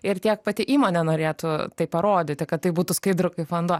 ir tiek pati įmonė norėtų tai parodyti kad tai būtų skaidru kaip vanduo